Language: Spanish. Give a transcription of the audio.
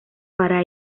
para